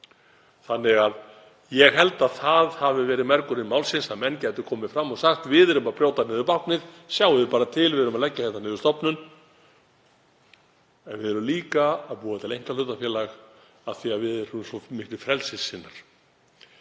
sögunni. Ég held að það hafi verið mergurinn málsins, að menn gætu komið fram og sagt: Við erum að brjóta niður báknið, sjáið þið bara til, við erum hér að leggja niður stofnun. Við erum líka að búa til einkahlutafélag af því við erum svo miklir frelsissinnar.